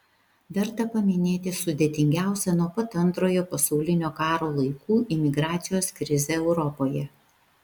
verta paminėti sudėtingiausią nuo pat antrojo pasaulinio karo laikų imigracijos krizę europoje